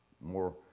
more